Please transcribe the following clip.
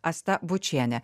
asta bučienė